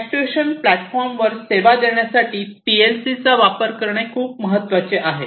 actuation प्लॅटफॉर्मवर सेवा देण्यासाठी पीएलसीचा वापर करणे खूप महत्वाचे आहे